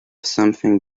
something